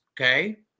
okay